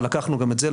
לקחנו גם את זה,